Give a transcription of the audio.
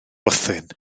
bwthyn